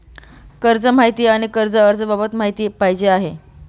कर्ज माहिती आणि कर्ज अर्ज बाबत माहिती पाहिजे आहे